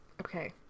Okay